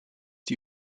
die